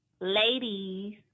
ladies